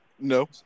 No